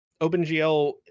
OpenGL